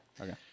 okay